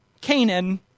Canaan